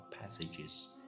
passages